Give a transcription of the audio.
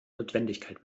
notwendigkeit